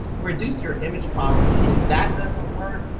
reduce your image quality. and if that doesn't work,